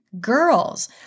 girls